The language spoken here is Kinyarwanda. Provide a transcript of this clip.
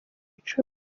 icumu